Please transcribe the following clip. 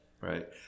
right